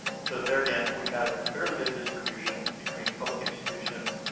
and so, there again, we had a fairly good distribution between public institutions,